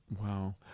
Wow